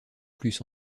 plus